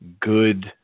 good